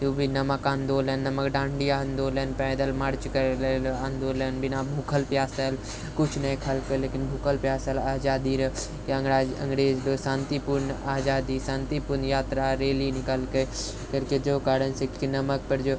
ओ भी नमक आन्दोलन नमक डाँडी आन्दोलन पैदल मार्च करै रहै आन्दोलन बिना भुखल प्यासल कुछ नहि खेलकै लेकिन भुखल प्यासल आजादिरे अंगराइ अङ्गरेजरे शान्तिपूर्ण आजादी शान्तिपूर्ण यात्रा रैली निकाललके जो कारणसँ कि नमक पर जो